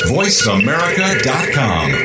voiceamerica.com